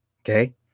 Okay